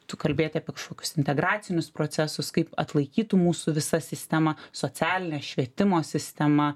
tu kalbėti apie kažkokius integracinius procesus kaip atlaikytų mūsų visa sistema socialinė švietimo sistema